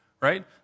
right